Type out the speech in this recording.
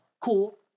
cool